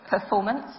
performance